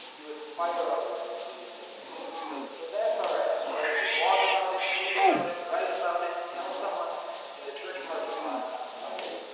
you inspire others to do the same thing. so so that's our ask, whether you blog about it, tweet about it, write about it, tell someone in the church parking lot on sunday,